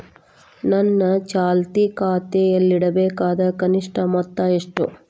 ನನ್ನ ಚಾಲ್ತಿ ಖಾತೆಯಲ್ಲಿಡಬೇಕಾದ ಕನಿಷ್ಟ ಮೊತ್ತ ಎಷ್ಟು?